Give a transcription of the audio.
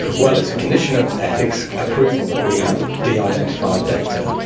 well, it's a condition of ethics approval that we have de-identified data,